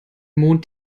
mond